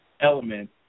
element